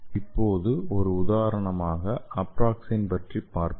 இப்போது ஒரு உதாரணமாக அப்ராக்ஸேன் பற்றி பார்ப்போம்